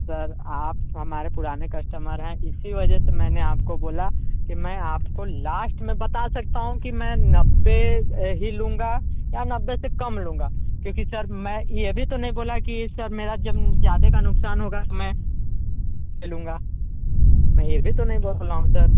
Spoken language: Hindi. सर आप हमारे पुराने कस्टमर हैं इसी वजह से मैंने आपको बोला की मैं आपको लास्ट में बता सकता हूँ कि मैं नब्बे ही लूँगा या नब्बे से कम लूँगा क्योंकि सर मैं ये भी तो नहीं बोला की सर मेरा जब ज़्यादा का नुकसान होगा तो मैं लूँगा मैं ये भी तो नहीं बोल रहा हूँ सर